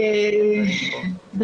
שלום רב.